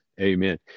Amen